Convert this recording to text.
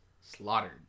slaughtered